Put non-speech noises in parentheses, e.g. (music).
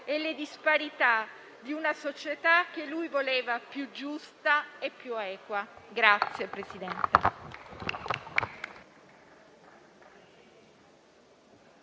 e le disparità di una società che lui voleva più giusta e più equa. (applause)